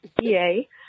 yay